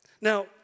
Now